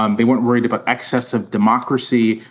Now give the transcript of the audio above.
um they weren't worried about excess of democracy.